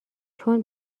چون